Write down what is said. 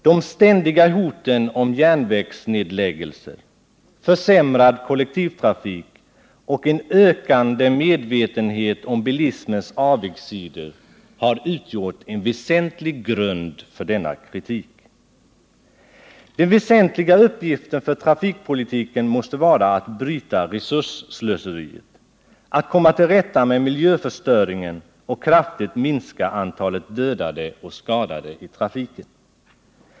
De ständiga hoten om järnvägsnedläggelser, försämrad kollektivtrafik och en ökande medvetenhet om bilismens avigsidor har utgjort en väsentlig grund för denna kritik. Den väsentliga uppgiften för trafikpolitiken måste vara att bryta resursslöseriet, att komma till rätta med miljöförstöringen och kraftigt minska antalet dödade och skadade i trafiken.